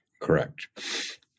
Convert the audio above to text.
Correct